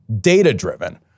data-driven